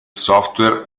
software